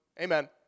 Amen